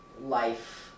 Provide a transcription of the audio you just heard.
life